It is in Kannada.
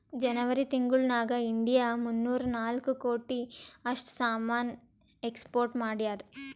ಜನೆವರಿ ತಿಂಗುಳ್ ನಾಗ್ ಇಂಡಿಯಾ ಮೂನ್ನೂರಾ ನಾಕ್ ಕೋಟಿ ಅಷ್ಟ್ ಸಾಮಾನ್ ಎಕ್ಸ್ಪೋರ್ಟ್ ಮಾಡ್ಯಾದ್